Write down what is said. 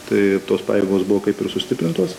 tai tos pajėgos buvo kaip ir sustiprintos